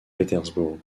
pétersbourg